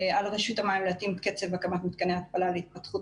על רשות המים להתאים את קצב הקמת מתקני ההתפלה להתפתחות